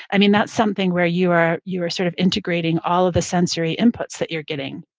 i mean, that's something where you are you are sort of integrating all of the sensory inputs that you're getting.